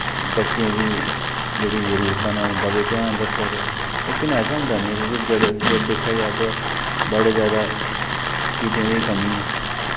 बच्चें दी जेह्ड़ी जरूरतां न उंदा बी ध्यान रक्खेाआ जा लेकिन ऐसा होंदा नी ऐ जेकर दिक्खेा जा ते बड़े जादा चीजें दा कमी ऐ